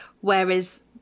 Whereas